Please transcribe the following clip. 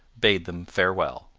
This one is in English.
bade them farewell.